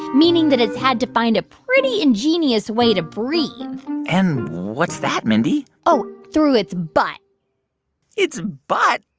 meaning that it's had to find a pretty ingenious way to breathe and what's that, mindy? oh, through its butt its butt?